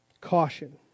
caution